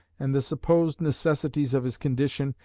and the supposed necessities of his condition,